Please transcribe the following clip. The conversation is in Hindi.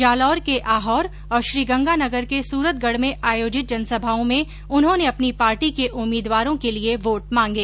जालोर के आहोर और श्रीगंगानगर के सूरतगढ में आयोजित जनसभाओं में उन्होंने अपनी पार्टी के उम्मीदवारों के लिये वोट मांगे